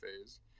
phase